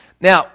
Now